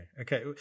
okay